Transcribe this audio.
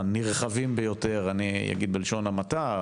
מהנרחבים ביותר, אני אגיד בלשון המעטה.